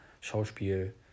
Schauspiel